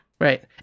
Right